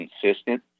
consistent